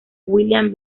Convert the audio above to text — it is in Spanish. william